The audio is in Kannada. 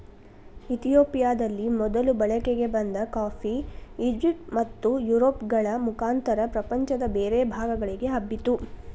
ಇತಿಯೋಪಿಯದಲ್ಲಿ ಮೊದಲು ಬಳಕೆಗೆ ಬಂದ ಕಾಫಿ, ಈಜಿಪ್ಟ್ ಮತ್ತುಯುರೋಪ್ಗಳ ಮುಖಾಂತರ ಪ್ರಪಂಚದ ಬೇರೆ ಭಾಗಗಳಿಗೆ ಹಬ್ಬಿತು